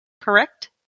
correct